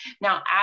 Now